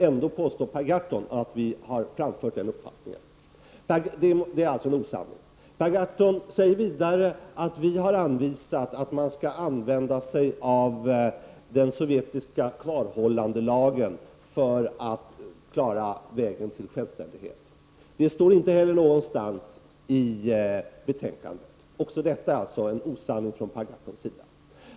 Ändå påstår Per Gahrton att vi har framfört den uppfattningen, och det är alltså en osanning. Per Gahrton säger vidare att vi har anvisat att man skall använda sig av den sovjetiska kvarhållandelagen för att klara vägen till självständighet. Det står inte heller någonstans i betänkandet. Också detta är alltså en osanning från Per Gahrtons sida.